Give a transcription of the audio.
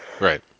Right